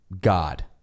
God